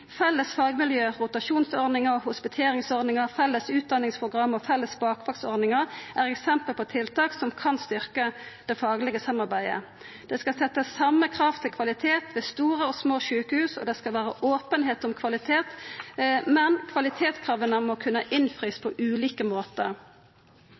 Felles fagmiljø, rotasjonsordningar, hospiteringsordningar, felles utdanningsprogram og felles bakvaktordningar er eksempel på tiltak som kan styrkja det faglege samarbeidet. Det skal setjast same krav til kvalitet ved store og små sjukehus, og det skal vera openheit om kvalitet, men kvalitetskrava må kunna